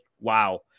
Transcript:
wow